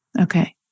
Okay